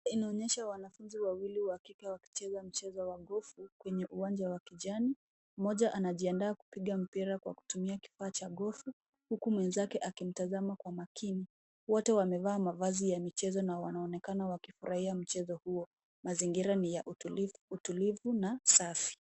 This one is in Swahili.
Inaonyesha wanafuzi wawili wakike wakicheza mchezo wa gofu kwenye uwanja wa kijani. Mmoja anajiadaa kupiga mpira kwa kutumia kifaa cha gofu huku mwezake akimtazama kwa makini. Wote wamevaa mavazi ya michezo na wanaonekana wakifurahia mchezo huo. Mazingira ni ya utulivu na safi.